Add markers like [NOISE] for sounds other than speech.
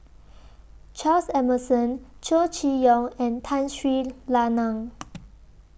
Charles Emmerson Chow Chee Yong and Tun Sri Lanang [NOISE]